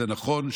זה נכון,